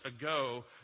ago